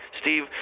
Steve